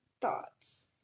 thoughts